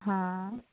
हँ